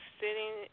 sitting